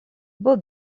был